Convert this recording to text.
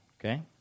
okay